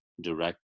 direct